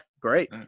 great